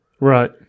Right